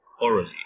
orally